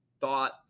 thought